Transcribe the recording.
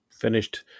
finished